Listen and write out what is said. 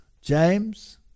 James